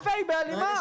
יפה, היא בהלימה.